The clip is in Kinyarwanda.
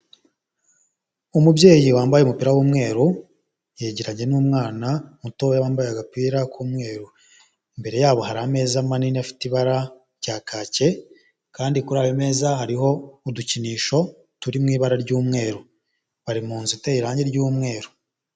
Umubyeyi wambaye umupira w'umweru yegeranye n'umwana muto wambaye agapira k'umweru, imbere yabo hari ameza manini afite ibara rya kake kandi kuri ayo meza hariho udukinisho turi mu ibara ry'umweru, bari mu nzu iteye irangi ry'umweru.